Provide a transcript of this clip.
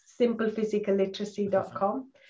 simplephysicalliteracy.com